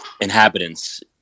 inhabitants